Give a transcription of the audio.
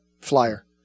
flyer